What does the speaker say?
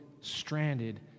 stranded